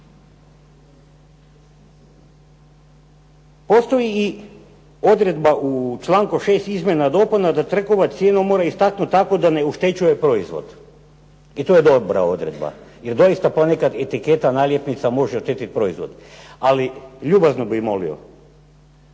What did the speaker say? Postoji i odredba u članku 6. izmjena i dopuna da trgovac cijenu mora istaknuti tako da ne oštećuje proizvod i to je dobra odredba jer doista ponekad etiketa i naljepnica može oštetiti proizvod, ali ljubazno bih molio,